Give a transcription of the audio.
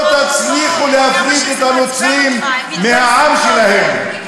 לא תצליחו להפריד את הנוצרים מהעם שלהם,